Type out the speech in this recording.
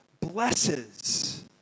blesses